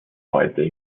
heute